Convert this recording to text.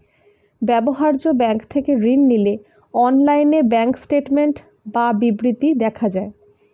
ব্যবহার্য ব্যাঙ্ক থেকে ঋণ নিলে অনলাইনে ব্যাঙ্ক স্টেটমেন্ট বা বিবৃতি দেখা যায়